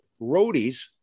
roadies